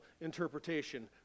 interpretation